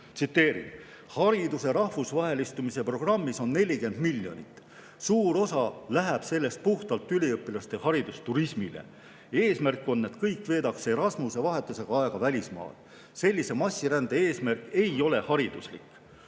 teda: "Hariduse rahvusvahelistumise programmis on 40 miljonit. Suur osa läheb puhtalt üliõpilaste haridusturismile. Eesmärk on, et kõik veedaks Erasmuse vahetusega aega välismaal. […] sellise massirände eesmärk ei ole hariduslik."